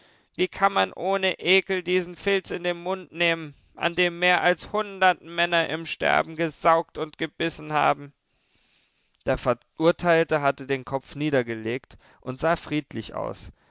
wie kann man ohne ekel diesen filz in den mund nehmen an dem mehr als hundert männer im sterben gesaugt und gebissen haben der verurteilte hatte den kopf niedergelegt und sah friedlich aus